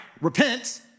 Repent